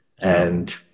and-